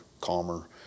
calmer